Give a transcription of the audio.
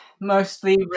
mostly